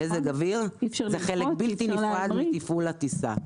מזג אוויר הוא חלק בלתי נפרד מתפעול הטיסה.